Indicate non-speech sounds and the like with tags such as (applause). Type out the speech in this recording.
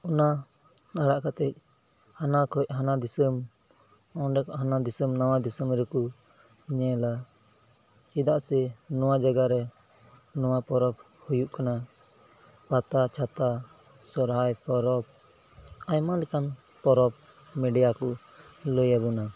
ᱚᱱᱟ ᱟᱲᱟᱜ ᱠᱟᱛᱮᱫ ᱦᱟᱱᱟ ᱠᱷᱚᱱ ᱦᱟᱱᱟ ᱫᱤᱥᱚᱢ (unintelligible) ᱚᱱᱟ ᱫᱤᱥᱚᱢ ᱱᱟᱣᱟ ᱫᱤᱥᱚᱢ ᱨᱮᱠᱚ ᱧᱮᱞᱟ ᱪᱮᱫᱟᱜ ᱥᱮ ᱱᱚᱣᱟ ᱡᱟᱭᱜᱟ ᱨᱮ ᱱᱚᱣᱟ ᱯᱚᱨᱚᱵᱽ ᱦᱩᱭᱩᱜ ᱠᱟᱱᱟ ᱯᱟᱛᱟ ᱪᱷᱟᱛᱟ ᱥᱚᱦᱨᱟᱭ ᱯᱚᱨᱚᱵᱽ ᱟᱭᱢᱟ ᱞᱮᱠᱟᱱ ᱯᱚᱨᱚᱵᱽ ᱢᱤᱰᱤᱭᱟ ᱠᱚ ᱞᱟᱹᱭ ᱟᱵᱚᱱᱟ